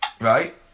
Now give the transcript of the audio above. right